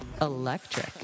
Electric